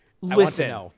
listen